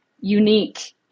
unique